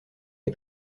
est